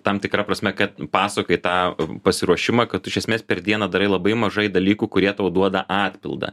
tam tikra prasme kad pasakoji tą pasiruošimą kad tu iš esmės per dieną darai labai mažai dalykų kurie tau duoda atpildą